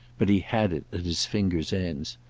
but he had it at his fingers' ends.